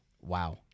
Wow